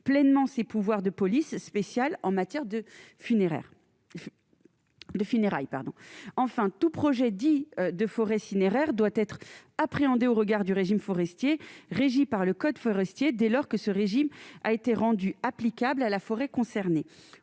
pleinement ses pouvoirs de police spéciale en matière de funéraire de funérailles, pardon, enfin tout projet dit de forêt funéraire doit être appréhendé au regard du régime forestier régis par le code forestier dès lors que ce régime a été rendue applicable à la forêt aussi,